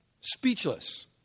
Speechless